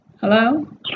Hello